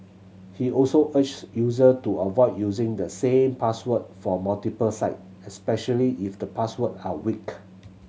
he also urges user to avoid using the same password for multiple site especially if the password are weak